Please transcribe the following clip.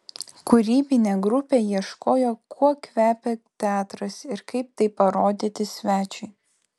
kūrybinė grupė ieškojo kuo kvepia teatras ir kaip tai parodyti svečiui